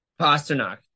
Pasternak